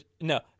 No